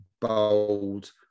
bold